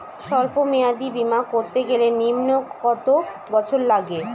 সল্প মেয়াদী বীমা করতে গেলে নিম্ন কত বছর লাগে?